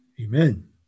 Amen